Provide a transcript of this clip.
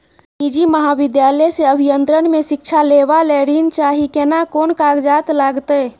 निजी महाविद्यालय से अभियंत्रण मे शिक्षा लेबा ले ऋण चाही केना कोन कागजात लागतै?